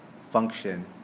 function